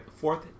Fourth